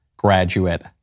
Graduate